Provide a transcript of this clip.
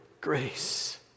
grace